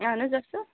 اَہَن حظ اَصٕل